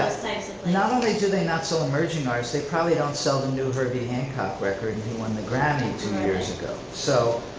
not only do they not sell emerging artists, they probably don't sell the new herbie hancock record and he won the grammy two years ago, so.